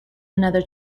another